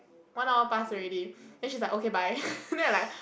one hour plus already then she like okay bye and then like